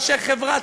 אנשי חברה,